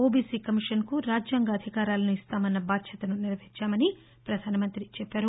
OBC కమిషన్కు రాజ్యాంగ అధికారాలను ఇస్తామన్న బాధ్యతను నెరవేర్చామని పధానమంతి చెప్పారు